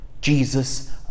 Jesus